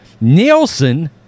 Nielsen